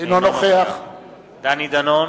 אינו נוכח דני דנון,